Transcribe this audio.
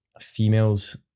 females